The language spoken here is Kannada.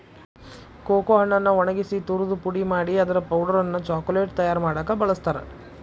ಕೋಕೋ ಹಣ್ಣನ್ನ ಒಣಗಿಸಿ ತುರದು ಪುಡಿ ಮಾಡಿ ಅದರ ಪೌಡರ್ ಅನ್ನ ಚಾಕೊಲೇಟ್ ತಯಾರ್ ಮಾಡಾಕ ಬಳಸ್ತಾರ